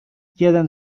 jeden